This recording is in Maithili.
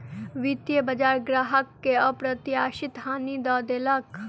वित्तीय बजार ग्राहक के अप्रत्याशित हानि दअ देलक